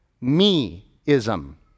Me-ism